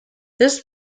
this